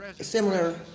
similar